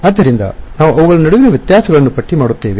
ಆದ್ದರಿಂದ ನಾವು ಅವುಗಳ ನಡುವಿನ ವ್ಯತ್ಯಾಸಗಳನ್ನು ಪಟ್ಟಿ ಮಾಡುತ್ತೇವೆ